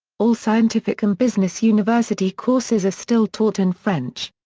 all scientific and business university courses are still taught in french.